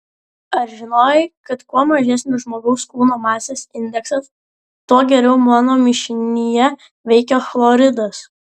ar žinojai kad kuo mažesnis žmogaus kūno masės indeksas tuo geriau mano mišinyje veikia chloridas